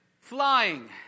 flying